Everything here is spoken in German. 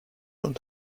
und